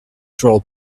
troll